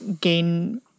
gain